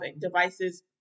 devices